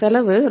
செலவு ரூ